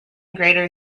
greater